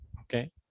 okay